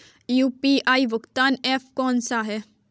UPI भुगतान app कौन सा है?